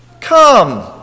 Come